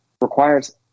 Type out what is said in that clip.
requires